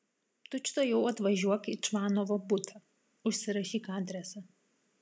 tučtuojau atvažiuok į čvanovo butą užsirašyk adresą